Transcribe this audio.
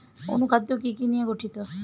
অনুখাদ্য কি কি নিয়ে গঠিত?